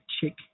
chick